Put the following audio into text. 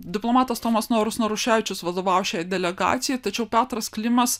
diplomatas tomas norus naruševičius vadovavo šiai delegacijai tačiau petras klimas